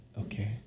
Okay